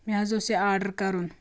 مےٚ حظ اوس یہِ آرڈَر کَرُن